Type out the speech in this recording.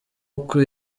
uku